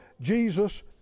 Jesus